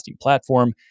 platform